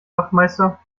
wachtmeister